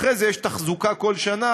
אחרי זה יש תחזוקה כל שנה.